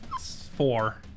four